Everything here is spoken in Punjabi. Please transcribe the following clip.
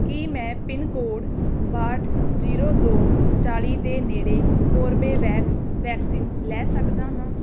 ਕੀ ਮੈਂ ਪਿੰਨ ਕੋਡ ਬਾਹਠ ਜ਼ੀਰੋ ਦੋ ਚਾਲੀ ਦੇ ਨੇੜੇ ਕੋਰਬੇਵੈਕਸ ਵੈਕਸੀਨ ਲੈ ਸਕਦਾ ਹਾਂ